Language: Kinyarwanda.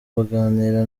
baganira